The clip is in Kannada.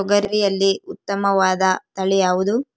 ತೊಗರಿಯಲ್ಲಿ ಉತ್ತಮವಾದ ತಳಿ ಯಾವುದು?